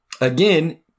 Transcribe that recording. again